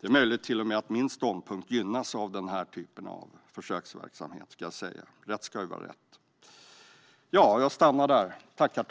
Det är till och med möjligt att min ståndpunkt gynnas av den här typen av försöksverksamhet, ska jag säga. Rätt ska vara rätt.